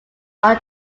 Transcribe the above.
are